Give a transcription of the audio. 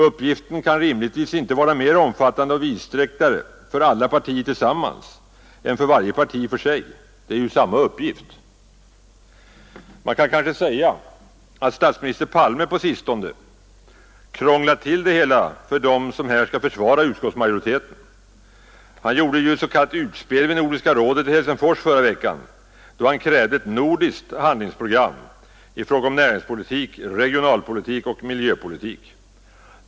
Uppgiften kan rimligtvis inte vara mera omfattande och vidsträckt för alla partier tillsammans än för varje parti för sig. Det är ju samma uppgift. Man kan kanske säga, att statsminister Palme på sistone krånglat till det hela för dem som här skall försvara utskottsmajoriteten. Han gjorde ju ett s.k. utspel vid Nordiska rådets session i Helsingfors förra veckan, då han krävde ett nordiskt handlingsprogram i fråga om näringspolitik, regionalpolitik och miljöpolitik.